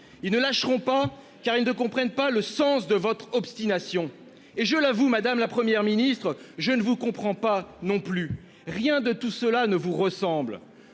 Ils ne lâcheront pas, car ils ne comprennent pas le sens de votre obstination. Et je l'avoue, madame la Première ministre, je ne vous comprends pas non plus : rien de tout cela ne vous ressemble.